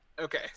Okay